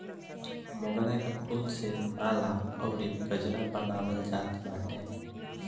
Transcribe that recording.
मोगरा के फूल से माला अउरी गजरा बनावल जात बाटे